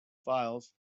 files